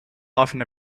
often